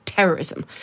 Terrorism